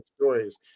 stories